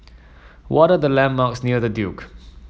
what are the landmarks near The Duke